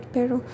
Pero